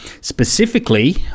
Specifically